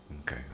Okay